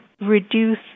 reduce